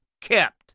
kept